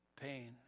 pain